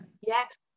Yes